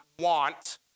want